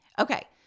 Okay